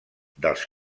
dels